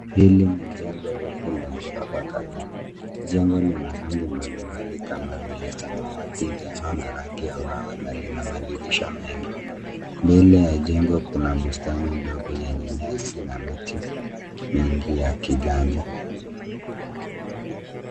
Hili ni jengo refu la ghorofa kadhaa. Jengo lina rangi mbalimbali kama vile samawati, njano na rangi ya mawe na lina madirisha mengi. Mbele ya jengo kuna bustani ndogo yenye nyasi na miti mingi ya kiganja.